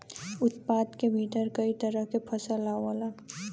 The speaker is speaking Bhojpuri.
उत्पादन के भीतर कई तरह के फसल आवला